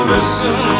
Listen